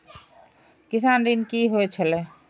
किसान ऋण की होय छल?